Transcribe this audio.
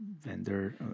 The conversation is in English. vendor